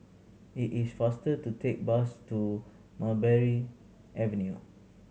it is faster to take bus to Mulberry Avenue